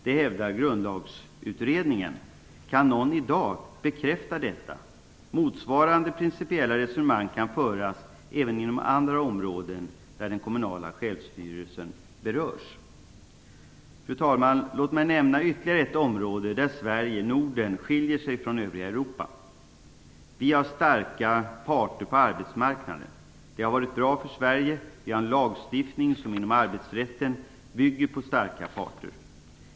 Det hävdar Grundlagsutredningen. Kan någon i dag bekräfta detta? Motsvarande principiella resonemang kan föras även inom andra områden där den kommunala självstyrelsen berörs. Så ett annat område där Sverige och Norden skiljer sig från övriga Europa. Vi har starka parter på arbetsmarknaden. Det har varit bra för Sverige. Vi har en lagstiftning som inom arbetsrätten bygger på starka parter.